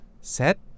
set